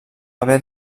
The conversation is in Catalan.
haver